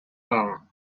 her